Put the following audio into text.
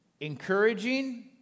Encouraging